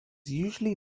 usually